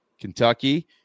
Kentucky